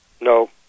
No